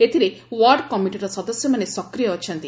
ଏଥରେ ୱାର୍ଡ କମିଟିର ସଦସ୍ୟମାନେ ସକ୍ରିୟ ଅଛନ୍ତି